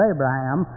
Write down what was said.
Abraham